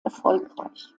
erfolgreich